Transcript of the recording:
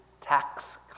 tax